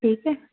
ਠੀਕ ਹੈ